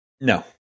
No